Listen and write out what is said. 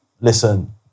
listen